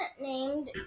named